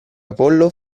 apollo